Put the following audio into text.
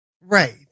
Right